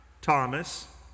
Thomas